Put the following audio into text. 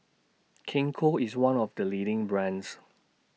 Gingko IS one of The leading brands